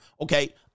Okay